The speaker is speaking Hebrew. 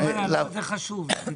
למה זה חשוב?